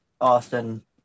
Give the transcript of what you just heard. Austin